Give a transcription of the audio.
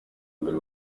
mbere